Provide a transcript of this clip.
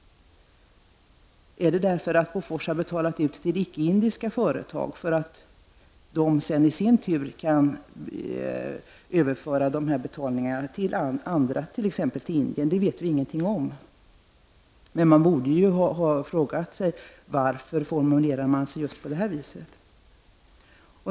Är det därför att Bofors har betalat till icke-indiska företag för att dessa i sin tur skall kunna betala till andra, t.ex. till Indien? Det vet vi ingenting om, men man borde ju ha frågat sig varför det formulerades just på det här viset.